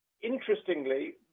interestingly